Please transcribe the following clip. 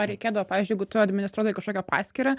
reikėdavo pavyzdžiui jeigu tu administruodavai kažkokią paskyrą